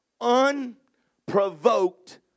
unprovoked